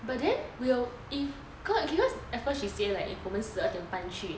but then will if cause at first she say like if 我们十二点半去